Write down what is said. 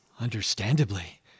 Understandably